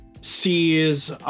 sees